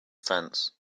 fence